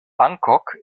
bangkok